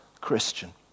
Christian